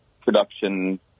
production